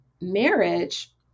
marriage